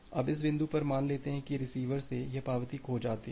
अब इस बिंदु पर मान लेते हैं कि रिसीवर से यह पावती खो जाती है